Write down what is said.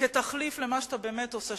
כתחליף למה שאתה באמת עושה,